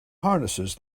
harnesses